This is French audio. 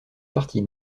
partie